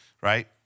right